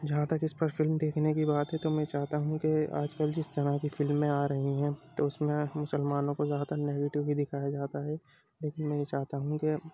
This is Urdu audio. جہاں تک اس پر فلم دیکھنے کی بات ہے تو میں چاہتا ہوں کہ آج کل جس طرح کی فلمیں آ رہی ہیں تو اس میں مسلمانوں کو زیادہ تر نیگیٹیو ہی دکھایا جاتا ہے لیکن میں یہ چاہتا ہوں کہ